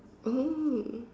oh